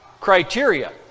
criteria